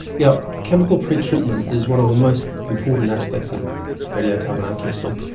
yeah chemical pre-treatment is one of the most important aspects of radiocarbon accuracy.